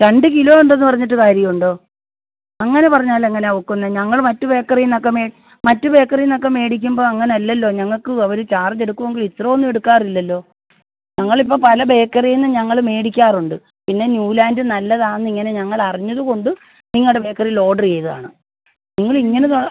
രണ്ട് കിലോ ഉണ്ടെന്ന് പറഞ്ഞിട്ട് കാര്യമുണ്ടോ അങ്ങനെ പറഞ്ഞാൽ എങ്ങനെയാണ് ഒക്കുന്നത് ഞൾ മറ്റ് ബേക്കറിയിൽ നിന്നൊക്കെ മറ്റ് ബേക്കറിയിൽ നിന്നൊക്കെ മേടിക്കുമ്പോൾ അങ്ങനെ അല്ലല്ലോ ഞങ്ങൾക്ക് അവര് ചാർജെടുക്കുമെങ്കിലും ഇത്രയൊന്നും എടുക്കാറില്ലല്ലോ ഞങ്ങൾ ഇപ്പോൾ പല ബേക്കറിയിൽ നിന്ന് ഞങ്ങൾ മേടിക്കാറുണ്ട് പിന്നെ ന്യൂലാൻഡ് നല്ലതാണെന്ന് ഇങ്ങനെ ഞങ്ങൾ അറിഞ്ഞത് കൊണ്ട് നിങ്ങളുടെ ബേക്കറിയിൽ ഓഡർ ചെയ്തതാണ് നിങ്ങൾ ഇങ്ങന